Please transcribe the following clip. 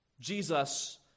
Jesus